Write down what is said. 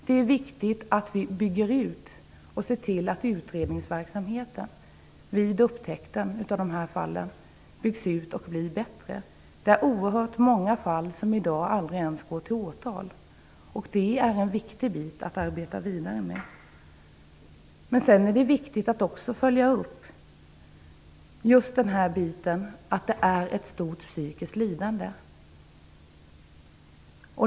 Det är viktigt att utredningsverksamheten byggs ut så att den fungerar bättre vid upptäckter av dessa fall. Det är oerhört många fall som i dag aldrig ens går till åtal. Det är en viktig fråga att arbeta vidare med. Det är också angeläget att följa upp just detta att det är fråga om ett stort psykiskt lidande.